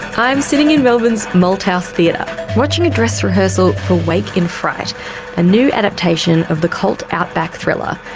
i'm sitting in melbourne's malthouse theatre watching a dress rehearsal for waking in fright a new adaptation of the cult outback thriller,